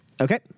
Okay